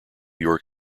york